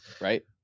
right